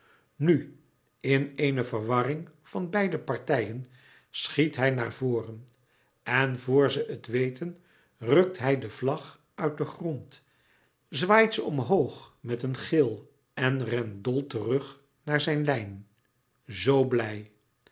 nu in eene verwarring van beide partijen schiet hij naar voren en vor ze het weten rukt hij de vlag uit den grond zwaait ze omhoog met een gil en rent dol terug naar zijn lijn zoo blij